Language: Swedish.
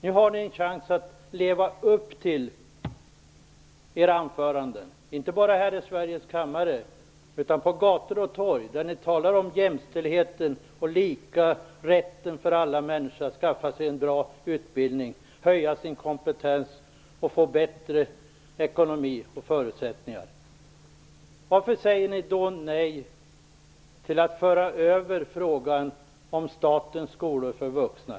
Nu har ni en chans att leva upp till era anföranden - inte bara här i kammaren utan på gator och torg där ni talar om jämställdheten och alla människors lika rätt att skaffa sig en bra utbildning, höja sin kompetens och få bättre ekonomi och förutsättningar. Varför säger ni då nej till att föra över frågan om statens skolor för vuxna?